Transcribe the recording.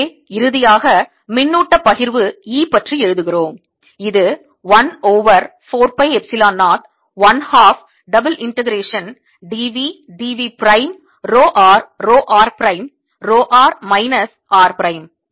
எனவே இறுதியாக மின்னூட்டப் பகிர்வு E பற்றி எழுதுகிறோம் இது 1 over 4 pi epsilon 0 1 half double integration d v d v prime rho r rho r prime rho r minus r prime